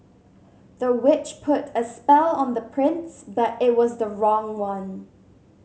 the witch put a spell on the prince but it was the wrong one